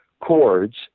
chords